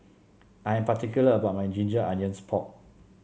I am particular about my Ginger Onions Pork